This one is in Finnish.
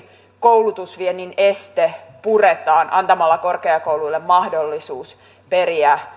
koulutusviennin esteemme puretaan antamalla korkeakouluille mahdollisuus periä